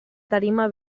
tarima